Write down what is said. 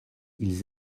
ils